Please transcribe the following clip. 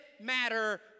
matter